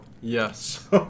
Yes